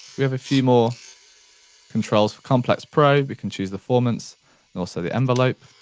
we have a few more controls for complex pro. we can choose the formants and also the envelope.